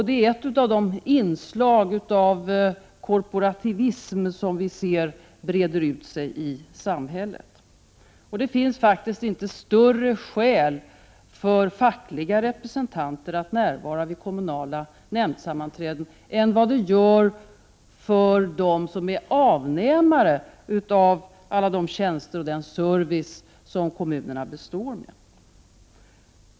Det är ett av de inslag av korporativism som vi ser breder ut sig i samhället. Det finns faktiskt inte större skäl för fackliga representanter att närvara vid kommunala nämndsammanträden än för dem som är avnämare av alla de tjänster och den service som kommunerna består med.